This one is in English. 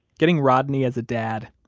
getting rodney as a dad,